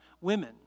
women